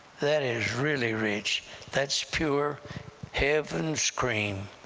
that is really rich that's pure heaven's cream.